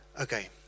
Okay